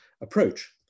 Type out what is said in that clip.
approach